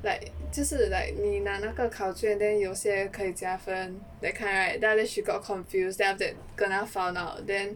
like 就是 like 你拿那个考卷 then 有些可以加分 that kind right then after that she got confused then after that kena found out then